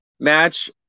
match